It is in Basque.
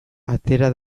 atera